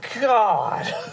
God